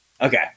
okay